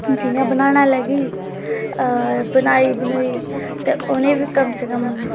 जि'यां बनाना लगी बनाई ते उ'नें ई बी कम से कम